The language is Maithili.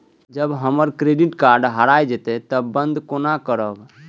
जब हमर क्रेडिट कार्ड हरा जयते तब बंद केना करब?